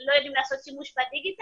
שלא יודעים לעשות שימוש בדיגיטל.